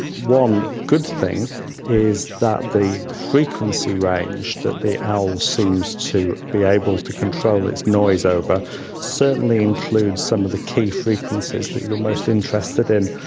one good thing is that the frequency range that the owl seems to be able to control its noise over certainly includes some of the key frequencies that you are most interested in,